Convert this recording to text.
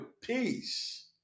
peace